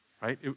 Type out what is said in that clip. right